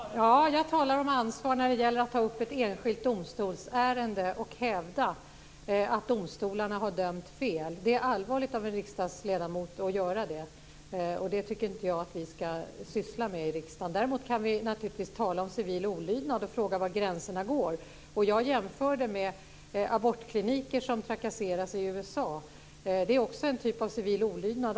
Jag talar om ansvar när det gäller att ta upp ett enskilt domstolsärende och hävda att domstolarna har dömt fel. Det är allvarligt av en riksdagsledamot att göra det, och det tycker inte jag att vi ska syssla med i riksdagen. Däremot kan vi naturligtvis tala om civil olydnad och fråga var gränserna går. Jag jämför med abortkliniker som trakasseras i USA. Det är också en typ av civil olydnad.